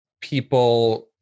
people